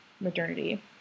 modernity